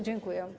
Dziękuję.